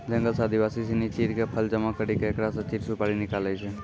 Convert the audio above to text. जंगल सॅ आदिवासी सिनि चीड़ के फल जमा करी क एकरा स चीड़ सुपारी निकालै छै